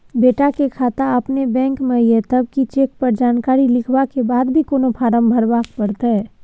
बेटा के खाता अपने बैंक में ये तब की चेक पर जानकारी लिखवा के बाद भी कोनो फारम भरबाक परतै?